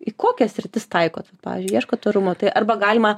į kokias sritis taikot pavyzdžiui ieškot tvarumo tai arba galima